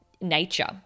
nature